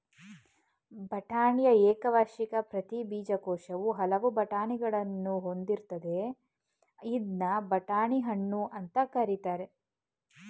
ಬಟಾಣಿಯ ಏಕವಾರ್ಷಿಕ ಪ್ರತಿ ಬೀಜಕೋಶವು ಹಲವು ಬಟಾಣಿಗಳನ್ನು ಹೊಂದಿರ್ತದೆ ಇದ್ನ ಬಟಾಣಿ ಹಣ್ಣು ಅಂತ ಕರೀತಾರೆ